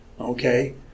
Okay